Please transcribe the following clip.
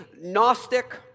Gnostic